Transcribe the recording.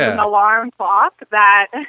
and alarm clock that